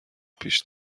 پیش